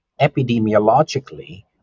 epidemiologically